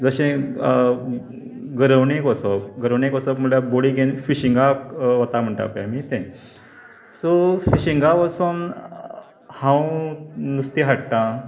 जशें घरोवणेक वचप घरोवणेक वचप म्हळ्यार बडी घेवन फिशींगाक वता म्हणटा पळय आमी तें सो फिशिंगा वचून हांव नुस्तें हाडटां